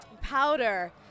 Powder